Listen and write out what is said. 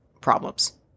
problems